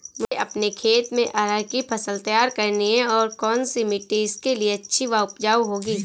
मुझे अपने खेत में अरहर की फसल तैयार करनी है और कौन सी मिट्टी इसके लिए अच्छी व उपजाऊ होगी?